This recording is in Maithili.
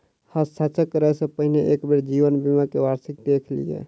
हस्ताक्षर करअ सॅ पहिने एक बेर जीवन बीमा के वार्षिकी देख लिअ